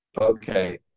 Okay